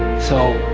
so.